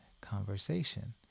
conversation